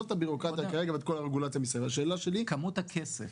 מבחינת סך הכול הכסף